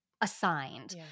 assigned